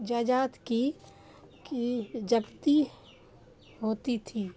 جائداد کی کی ضبطی ہوتی تھی